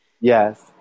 Yes